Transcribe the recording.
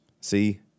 See